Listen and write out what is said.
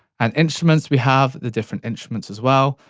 and instruments, we have the different instruments as well.